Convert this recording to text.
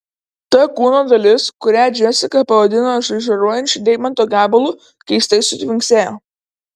ta kūno dalis kurią džesika pavadino žaižaruojančiu deimanto gabalu keistai sutvinksėjo